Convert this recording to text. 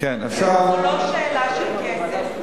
זו לא שאלה של כסף,